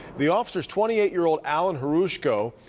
the officer is twenty eight year ol alan horujko.